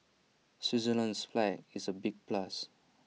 Switzerland's flag is A big plus